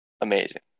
amazing